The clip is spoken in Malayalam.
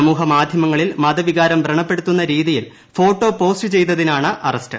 സമൂഹ ്രമാധ്യമങ്ങളിൽ മതവികാരം വ്രണപ്പെടുത്തുന്ന രീതിയിൽ ഫോട്ടോ പ്റ്റ്റ്റ് ചെയ്തതിനാണ് അറസ്റ്റ്